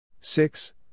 Six